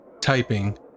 typing